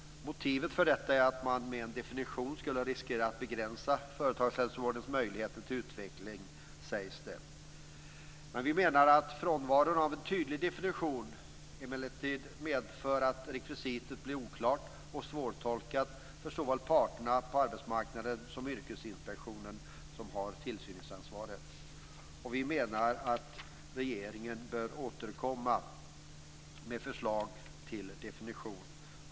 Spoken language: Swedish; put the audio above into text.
Motivet för detta är att man med en definition skulle riskera att begränsa företagshälsovårdens möjligheter till utveckling, sägs det. Vi menar att frånvaron av en tydlig definition emellertid medför att rekvisitet blir oklart och svårtolkat för såväl parterna på arbetsmarknaden som Yrkesinspektionen, som har tillsynsansvaret. Regeringen bör återkomma med förslag till definition.